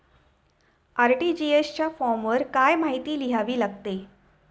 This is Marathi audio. आर.टी.जी.एस च्या फॉर्मवर काय काय माहिती लिहावी लागते?